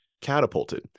catapulted